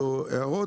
או הערות,